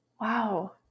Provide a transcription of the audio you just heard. wow